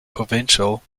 provincial